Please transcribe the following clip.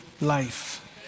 life